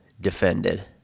defended